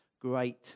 great